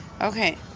Okay